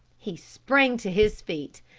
he sprang to his feet.